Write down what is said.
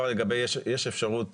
בתקנון יש הוראות שמחייבות פנייה בכתב